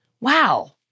wow